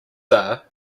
are